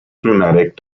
pneumatic